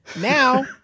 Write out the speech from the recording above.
Now